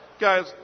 guys